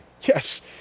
Yes